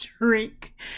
drink